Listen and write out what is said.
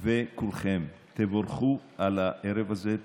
וכולכם, תבורכו על הערב הזה,